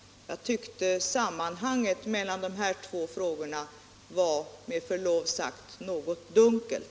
Jag tycker att sambandet mellan dessa två frågor var, med förlov sagt, något dunkelt.